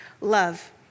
love